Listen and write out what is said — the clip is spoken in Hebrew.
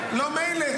לא מילא,